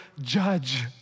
judge